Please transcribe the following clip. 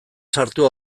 sartu